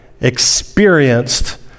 experienced